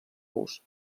ous